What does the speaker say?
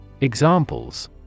Examples